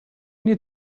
need